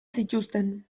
zituzten